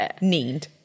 need